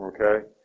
Okay